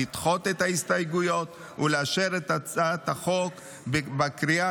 לדחות את ההסתייגויות ולאשר את הצעת החוק בקריאה